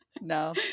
No